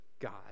God